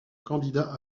candidat